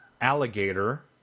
alligator